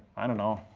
i don't know,